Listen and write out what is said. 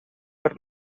per